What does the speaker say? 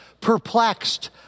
perplexed